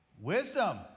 wisdom